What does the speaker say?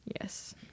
Yes